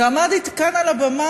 עמדתי כאן על הבמה,